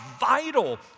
vital